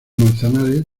manzanares